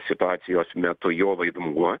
situacijos metu jo vaidmuo